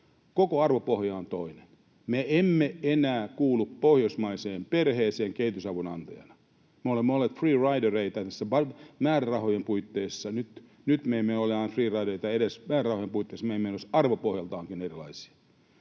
Koko arvopohja on toinen. Me emme enää kuulu pohjoismaiseen perheeseen kehitysavun antajana. Me olemme olleet free ridereita määrärahojen puitteissa. Nyt me emme ole enää free ridereita edes määrärahojen puitteissa, vaan me olemme myös arvopohjaltammekin erilaisia.